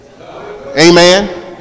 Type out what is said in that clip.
amen